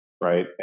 right